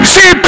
See